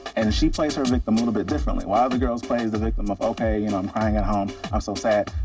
and she plays her victim a little bit differently. what other girls play is the victim of, okay, you know, i'm crying at home i'm so sad,